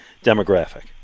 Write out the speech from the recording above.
demographic